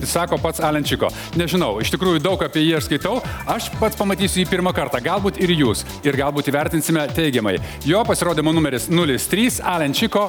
sako pats alen čiko nežinau iš tikrųjų daug apie jį aš skaitau aš pats pamatysiu jį pirmą kartą galbūt ir jūs ir galbūt įvertinsime teigiamai jo pasirodymo numeris nulis trys alen čiko